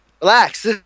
Relax